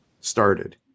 started